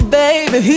baby